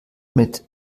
mit